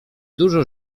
dużo